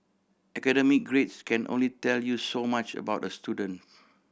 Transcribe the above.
academic grades can only tell you so much about a student